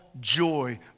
joy